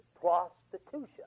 prostitution